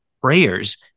prayers